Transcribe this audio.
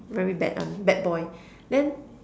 very bad [one] bad boy then